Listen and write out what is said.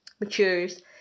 matures